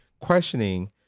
questioning